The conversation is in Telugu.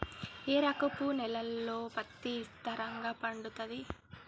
ఏ రకపు నేలల్లో పత్తి విస్తారంగా పండుతది?